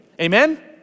Amen